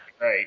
right